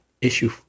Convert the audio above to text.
issue